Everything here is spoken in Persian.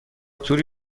توری